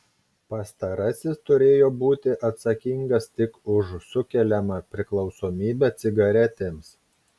pastarasis turėjo būti atsakingas tik už sukeliamą priklausomybę cigaretėms